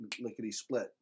lickety-split